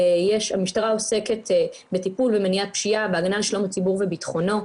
המשטרה עוסקת בטיפול ומניעת פשיעה והגנה על שלום הציבור ובטחונו.